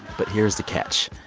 but here's the catch.